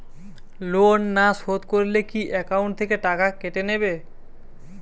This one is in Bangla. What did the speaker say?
লোন না শোধ করলে কি একাউন্ট থেকে টাকা কেটে নেবে?